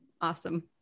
Awesome